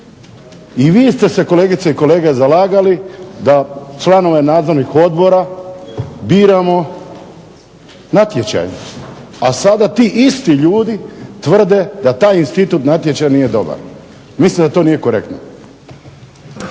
i vi ste se kolegice i kolege zalagali da članove nadzornih odbora biramo natječajem, a sada ti isti ljudi tvrde da taj institut natječaja nije dobara. Mislim da to nije korektno.